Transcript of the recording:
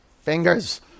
fingers